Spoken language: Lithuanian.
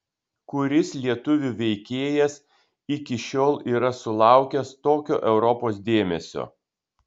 kuris lietuvių veikėjas iki šiol yra sulaukęs tokio europos dėmesio